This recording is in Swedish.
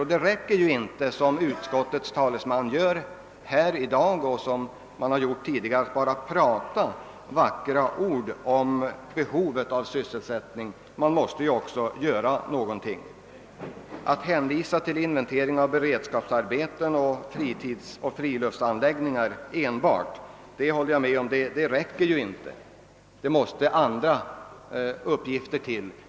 Och det räcker inte att som utskottets talesman gör, och som man tidigare har gjort, endast säga vackra ord om behovet av sysselsättning — man måste också uträtta någonting positivt. Det räcker inte med att enbart hänvisa till en inventering av beredskapsarbeten och utredning om = friluftsanläggningar. Andra uppgifter måste till.